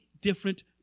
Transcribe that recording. different